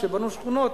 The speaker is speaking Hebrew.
כשבנו שכונות,